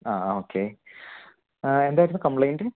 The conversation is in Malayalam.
ആ ആ ഓക്കെ എന്തായിരുന്നു കംപ്ലെയ്ൻറ്റ്